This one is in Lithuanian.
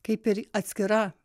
kaip ir atskira